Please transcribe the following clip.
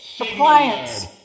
appliance